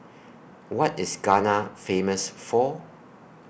What IS Ghana Famous For